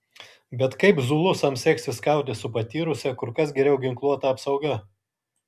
bet kaip zulusams seksis kautis su patyrusia kur kas geriau ginkluota apsauga